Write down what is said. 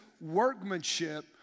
workmanship